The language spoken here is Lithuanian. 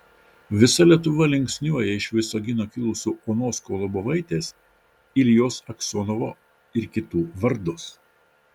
visa lietuva linksniuoja iš visagino kilusių onos kolobovaitės iljos aksionovo ir kitų vardus